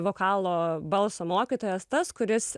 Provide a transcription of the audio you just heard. vokalo balso mokytojas tas kuris